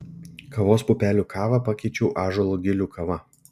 kavos pupelių kavą pakeičiau ąžuolo gilių kava